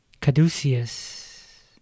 Caduceus